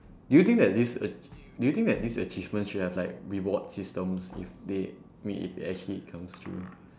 do you think that this ach~ do you think this achievementa should have like reward systems if they I me~ if it actually it comes true